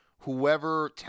Whoever